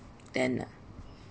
then